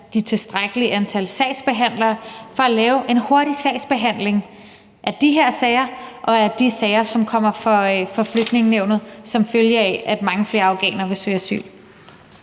det tilstrækkelige antal sagsbehandlere til at lave en hurtig sagsbehandling af de her sager og af de sager, som kommer for Flygtningenævnet, som følge af at mange flere afghanere vil søge asyl.